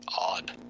odd